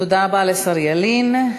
תודה רבה לשר יריב לוין.